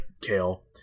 Kale